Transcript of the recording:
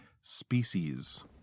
Species